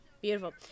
beautiful